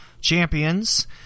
champions